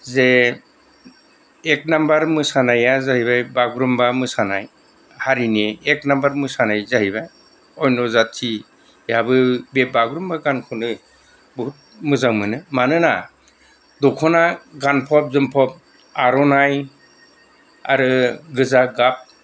जे एक नाम्बार मोसानाया जाहैबाय बागुरुम्बा मोसानाय हारिनि एक नाम्बार मोसानाय जाहैबाय अन्या जाथियाबो बे बागुरुम्बा गानखौनो बहुद मोजां मोनो मानोना दख'ना गानफब जोमफब आर'नाइ आरो गोजा गाब